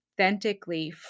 authentically